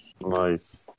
Nice